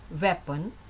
weapon